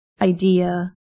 idea